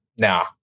Nah